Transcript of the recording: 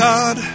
God